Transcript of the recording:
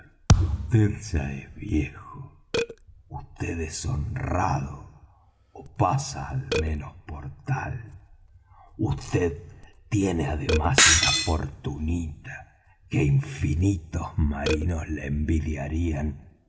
viejo vd es honrado ó pasa al menos por tal vd tiene además una fortunita que infinitos marinos le envidiarían